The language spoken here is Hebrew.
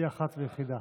היא אחת ויחידה.